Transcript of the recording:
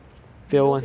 below sixty